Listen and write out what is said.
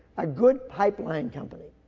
a good pipeline company,